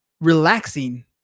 relaxing